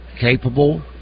capable